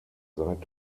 seid